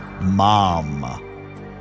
mom